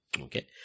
Okay